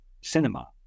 cinema